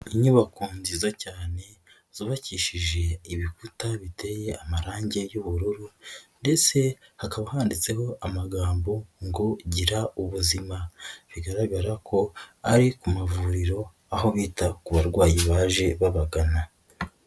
Inyubako nziza cyane, zubakishije ibikuta biteye amarangi y'ubururu, ndetse hakaba handitseho amagambo ngo: gira ubuzima. Bigaragara ko ari ku mavuriro, aho bita ku barwayi baje babagana.